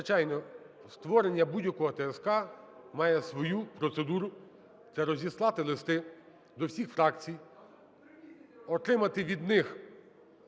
Звичайно, створення будь-якого ТСК має свою процедуру. Це розіслати листи до всіх фракцій, отримати від них